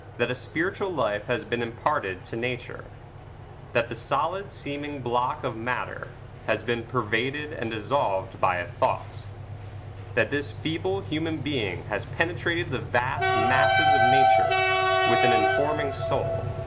that a spiritual life has been imparted to nature that the solid seeming block of matter has been pervaded and dissolved by a thought that this feeble human being has penetrated the vast masses of nature with an informing soul,